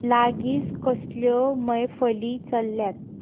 लागींच कसल्यो मैफली चल्ल्यात